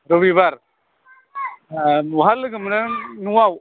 रबिबार बहा लोगो मोनगोन न'आव